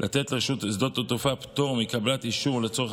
לתת לרשות שדות התעופה פטור מקבלת אישור לצורך